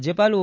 રાજ્યપાલ ઓ